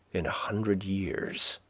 in a hundred years.